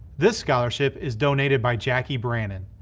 this scholarship is donated by jackie brannon,